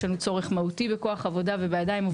יש לנו צורך מהותי בכוח עבודה ובידיים עובדות.